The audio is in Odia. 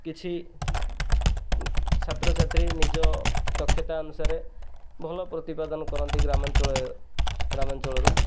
କିଛି ଛାତ୍ର ଛାତ୍ରୀ ନିଜ ଦକ୍ଷତା ଅନୁସାରେ ଭଲ ପ୍ରତିପାଦନ କରନ୍ତି ଗ୍ରାମାଞ୍ଚଳ ଗ୍ରାମାଞ୍ଚଳରୁ